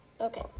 Okay